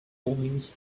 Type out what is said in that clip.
omens